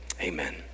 amen